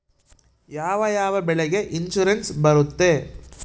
ಯಾವ ಯಾವ ಬೆಳೆಗೆ ಇನ್ಸುರೆನ್ಸ್ ಬರುತ್ತೆ?